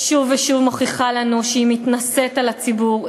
שוב ושוב מוכיחה לנו שהיא מתנשאת על הציבור,